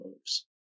moves